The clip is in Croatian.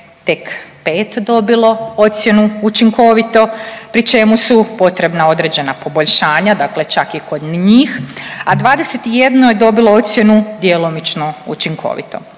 tek 5 dobilo ocjenu učinkovito pri čemu su potrebna određena poboljšanja, dakle čak i kod njih, a 21 je dobilo ocjenu djelomično učinkovito.